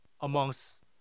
amongst